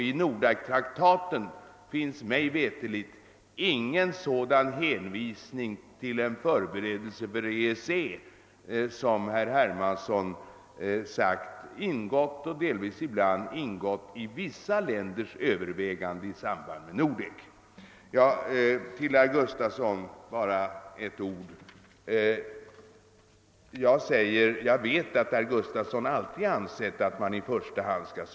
I Nordektraktaten finns mig veterligt ingen sådan hänvisning till en förberedelse för EEC som enligt vad herr Hermansson påstår ingår i övervägandena i samband med Nordek. I ett tidigare skede har inom vissa av länderna sådana övervägande förekommit. Det är riktigt. Till herr Gustafson i Göteborg vill jag bara säga att jag vet att herr Gustafson alltid ansett att man i första hand skall.